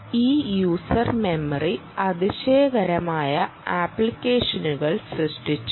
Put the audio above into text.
ഈ user memory അതിശയകരമായ ആപ്ലിക്കേഷനുകൾ സൃഷ്ടിച്ചു